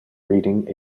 reading